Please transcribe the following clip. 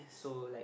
so like